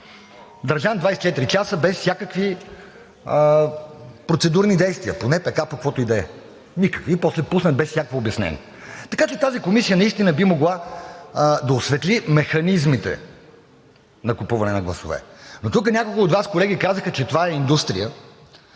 държан 24 часа без всякакви процедурни действия – поне така, по каквото и да е. Никакви и после пуснат без всякакво обяснение. Така че тази комисия наистина би могла да осветли механизмите на купуване на гласове. Но тук няколко колеги от Вас казаха, че това е индустрия